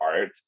art